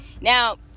Now